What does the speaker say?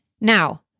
Now